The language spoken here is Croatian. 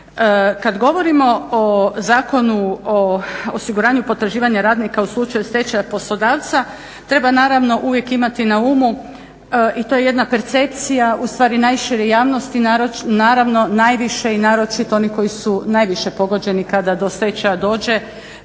Kad govorimo o Zakonu o osiguranju potraživanja radnika u slučaju stečaja poslodavca treba naravno uvijek imati na umu i to je jedna percepcija ustvari najšire javnosti naravno najviše i naročito oni koji su najviše pogođeni kada do stečaja dođe